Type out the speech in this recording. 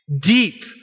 Deep